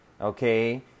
okay